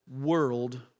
world